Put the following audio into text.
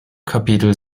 kapitel